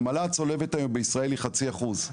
העמלה הצולבת היום היא חצי אחוז.